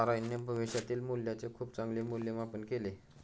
नारायणने भविष्यातील मूल्याचे खूप चांगले मूल्यमापन केले